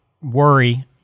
worry